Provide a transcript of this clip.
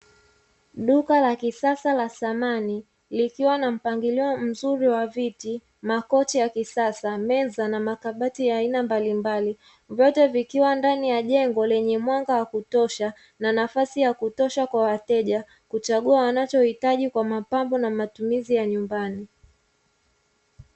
Duka la kisasa la samani likiwa na mpangilio mzuri wa viti, makochi ya kisasa meza na makabati ya aina mbalimbali, vyote vikiwa ndani ya jengo lenye mwanga wa kutosha na nafasi ya kutosha kwa wateja, kuchagua wanachohitaji kwa mapambo na matumizi ya nyumbani.